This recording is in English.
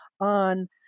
on